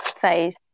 face